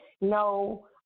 no